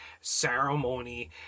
ceremony